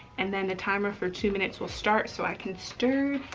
and then the timer for two minutes will start so i can stir.